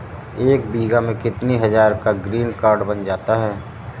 एक बीघा में कितनी हज़ार का ग्रीनकार्ड बन जाता है?